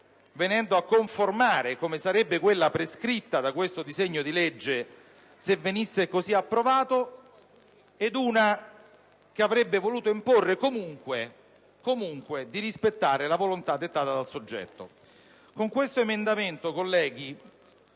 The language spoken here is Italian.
venendo a conformare e quale sarebbe quella prescritta da questo disegno di legge, se venisse così approvato, e una che avrebbe voluto imporre comunque di rispettare la volontà dettata dal soggetto. Con l'emendamento 3.163 si